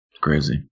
crazy